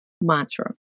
mantra